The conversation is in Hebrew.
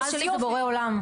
הבוס שלי זה בורא עולם.